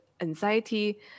anxiety